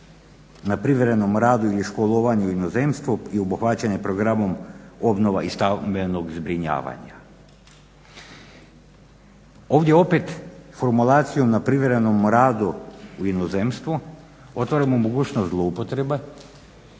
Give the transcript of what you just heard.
na privremenom radu ili školovanju u inozemstvu i obuhvaćen je programom obnova iz stambenog zbrinjavanja. Ovdje opet formulacijom na privremenom radu u inozemstvu otvora mu mogućnost zloupotrebe